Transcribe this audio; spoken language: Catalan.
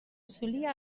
solia